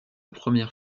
première